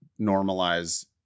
normalize